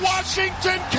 Washington